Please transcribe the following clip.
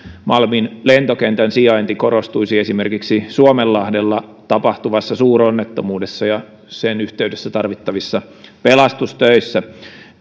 malmin lentokentän sijainti korostuisi esimerkiksi suomenlahdella tapahtuvassa suuronnettomuudessa ja sen yhteydessä tarvittavissa pelastustöissä